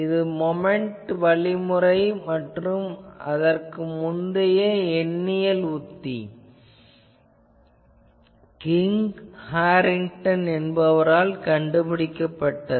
இது மொமென்ட் வழிமுறை மற்றும் முந்தையது எண்ணியல் உத்தி கிங் ஹாரின்டன் என்பவரால் கண்டுபிடிக்கப்பட்டது